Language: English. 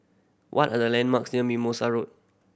what are the landmarks near Mimosa Road